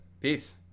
peace